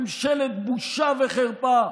ממשלת בושה וחרפה.